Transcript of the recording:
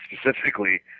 specifically